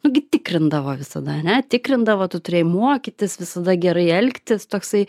nu gi tikrindavo visada ane tikrindavo tu turėjai mokytis visada gerai elgtis toksai